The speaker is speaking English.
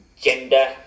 gender